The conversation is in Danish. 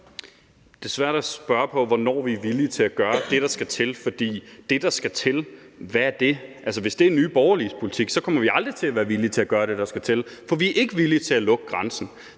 Det er svært at svare på, hvornår vi er villige til at gøre det, der skal til, for hvad er det, der skal til? Hvis det er Nye Borgerliges politik, kommer vi aldrig til at være villige til at gøre det, der skal til. For vi er ikke villige til at lukke grænsen.